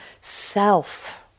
self